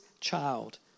child